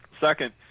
Second